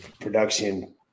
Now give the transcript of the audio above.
production